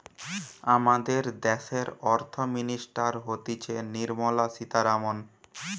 আমাদের দ্যাশের অর্থ মিনিস্টার হতিছে নির্মলা সীতারামন